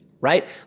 right